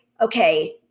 okay